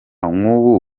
nk’ubu